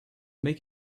make